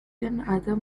another